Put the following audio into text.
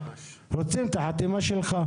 אנחנו רוצים את החתימה שלך.